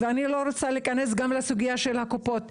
אני לא רוצה להיכנס גם לסוגיית הקופות,